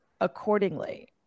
accordingly